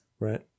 Right